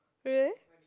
really